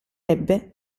ebbe